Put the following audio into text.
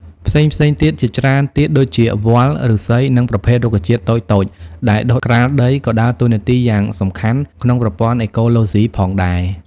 ផ្សេងៗទៀតជាច្រើនទៀតដូចជា វល្លិ៍ ឫស្សី និងប្រភេទរុក្ខជាតិតូចៗដែលដុះក្រាលដី ក៏ដើរតួនាទីយ៉ាងសំខាន់ក្នុងប្រព័ន្ធអេកូឡូស៊ីផងដែរ។